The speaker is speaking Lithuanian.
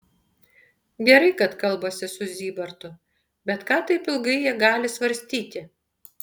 gerai kad kalbasi su zybartu bet ką taip ilgai jie gali svarstyti